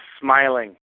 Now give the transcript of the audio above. smiling